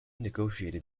negotiated